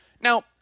Now